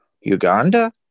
Uganda